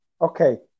Okay